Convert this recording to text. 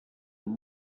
amb